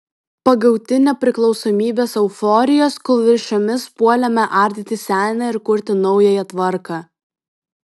pagauti nepriklausomybės euforijos kūlvirsčiomis puolėme ardyti senąją ir kurti naująją tvarką